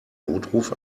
notruf